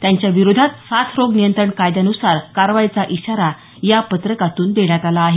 त्यांच्याविरोधात साथरोग नियंत्रण कायद्यान्सार कारवाईचा इशारा या पत्रकातून देण्यात आला आहे